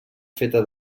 feta